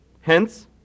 hence